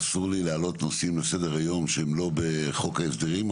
אסור לי להעלות נושאים לסדר-היום שהם לא בחוק ההסדרים,